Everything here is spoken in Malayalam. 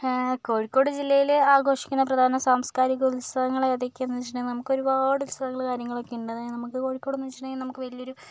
കോഴിക്കോട് ജില്ലയില് ആഘോഷിക്കുന്ന പ്രധാന സാംസ്കാരിക ഉത്സവങ്ങള് ഏതൊക്കെയാണെന്ന് ചോദിച്ചിട്ടുണ്ടെങ്കിൽ നമുക്കൊരുപാട് ഉത്സവങ്ങള് കാര്യങ്ങളൊക്കെ ഉണ്ട് നമുക്ക് കോഴിക്കോടെന്ന് വെച്ചിട്ടുണ്ടെങ്കിൽ നമുക്ക് വലിയൊരു